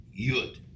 Yud